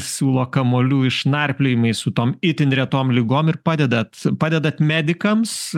siūlo kamuolių išnarpliojimais su tom itin retom ligom ir padedat padedat medikams